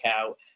out